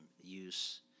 use